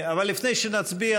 אבל לפני שנצביע,